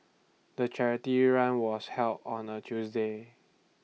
the charity run was held on A Tuesday